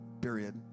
period